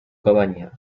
cabaña